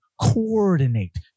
coordinate